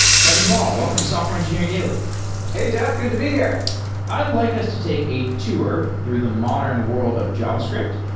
kevin ball, welcome to software engineering daily hey, jeff. good to be here i'd like us to take a tour through the modern world of javascript.